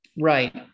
Right